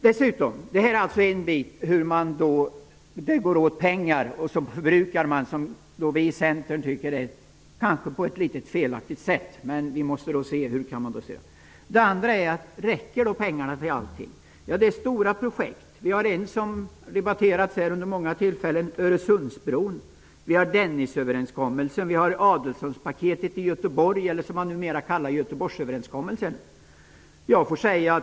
Vi i Centern tycker att man här förbrukar pengar på ett kanske litet felaktigt sätt. Räcker då pengarna till allting? Det är fråga om stora projekt. Ett sådant som har debatterats här vid många tillfällen är Öresundsbron. Andra är Dennisöverenskommelsen och Adelsohnprojektet i Göteborg, det som man numera kallar Göteborgsöverenskommelsen.